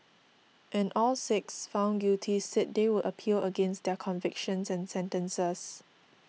and all six found guilty say they would appeal against their convictions and sentences